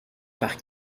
par